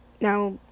Now